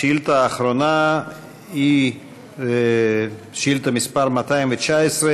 השאילתה האחרונה היא שאילתה מס' 219,